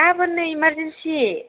गाबोननो इमारजेन्सि